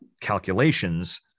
calculations